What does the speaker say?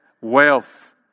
wealth